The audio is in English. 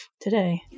today